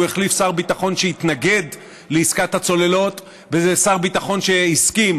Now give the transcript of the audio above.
החליף שר ביטחון שהתנגד לעסקת הצוללות בשר ביטחון שהסכים,